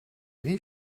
wie